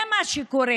זה מה שקורה,